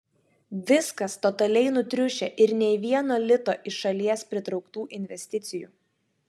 viskas totaliai nutriušę ir nei vieno lito iš šalies pritrauktų investicijų